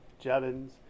Jevons